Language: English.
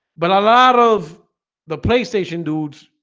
but a lot of the playstation dudes